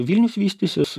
vilnius vystysis